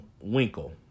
Winkle